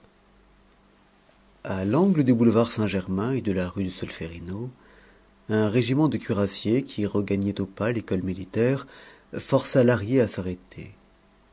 à l'angle du boulevard saint-germain et de la rue de solférino un régiment de cuirassiers qui regagnait au pas l'école militaire força lahrier à s'arrêter